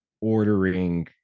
ordering